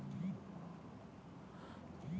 गोबर खातू डारे ले बन कचरा घलो जादा नइ होवय